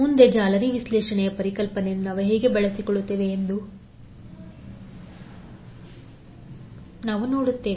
ಮುಂದೆ ಜಾಲರಿ ವಿಶ್ಲೇಷಣೆಯ ಪರಿಕಲ್ಪನೆಯನ್ನು ನಾವು ಹೇಗೆ ಬಳಸಿಕೊಳ್ಳುತ್ತೇವೆ ಎಂದು ನಾವು ನೋಡುತ್ತೇವೆ